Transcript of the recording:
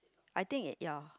I think it ya